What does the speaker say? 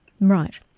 Right